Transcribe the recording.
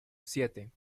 siete